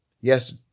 Yes